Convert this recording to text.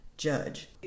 judge